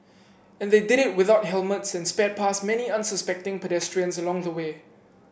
and they did it without helmets and sped past many unsuspecting pedestrians along the way